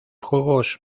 juegos